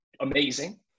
amazing